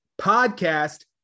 podcast